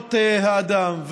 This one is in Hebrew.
זכויות האדם.